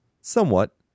Somewhat